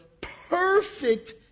perfect